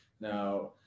Now